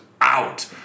out